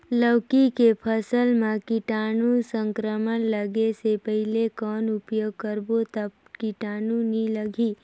लौकी के फसल मां कीटाणु संक्रमण लगे से पहले कौन उपाय करबो ता कीटाणु नी लगही?